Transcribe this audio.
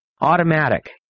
Automatic